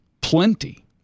plenty